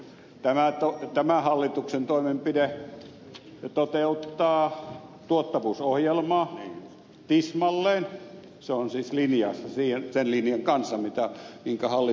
tämä hallituksen toimenpide toteuttaa tuottavuusohjelmaa tismalleen se on siis linjassa sen linjan kanssa minkä hallitus on ottanut